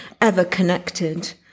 ever-connected